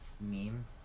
meme